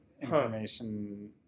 information